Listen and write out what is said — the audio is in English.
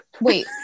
wait